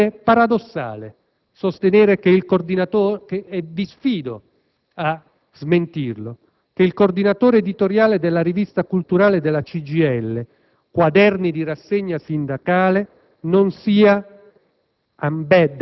a smentirmi, sostenere che il coordinatore editoriale della rivista culturale della CGIL «Quaderni di rassegna sindacale» non sia